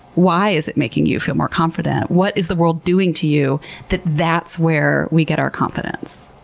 why is it making you feel more confident? what is the world doing to you that that's where we get our confidence?